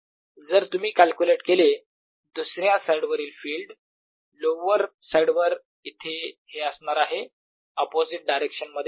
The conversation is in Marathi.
जर तुम्ही कॅल्क्युलेट केले दुसऱ्या साईड वरील फिल्ड लोवर साईड वर इथे हे असणार आहे अपोझिट डायरेक्शन मध्ये